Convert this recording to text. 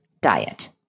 diet